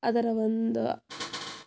ಅದರ ಒಂದು